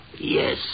Yes